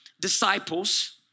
disciples